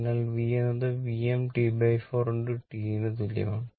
അതിനാൽ v എന്നത് Vm T4 T ന് തുല്യമാണ്